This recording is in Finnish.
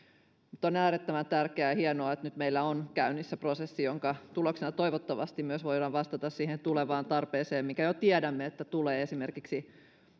on äärettömän tärkeää ja hienoa että nyt meillä on käynnissä prosessi jonka tuloksena voidaan toivottavasti myös vastata siihen tulevaan tarpeeseen minkä jo tiedämme tulevan esimerkiksi